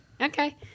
Okay